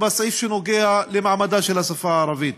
בסעיף שנוגע למעמדה של השפה הערבית.